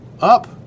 up